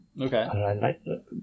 okay